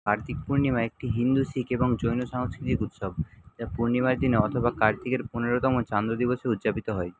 কার্তিক পূর্ণিমা একটি হিন্দু শিখ এবং জৈন সাংস্কৃতিক উৎসব যা পূর্ণিমার দিনে অথবা কার্তিকের পনেরোতম চান্দ্র দিবসে উদযাপিত হয়